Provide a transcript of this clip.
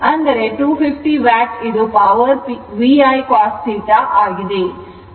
ಅಂದರೆ 250 ವ್ಯಾಟ್ ಇದು power VI cos θ ಆಗಿದೆ